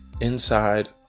inside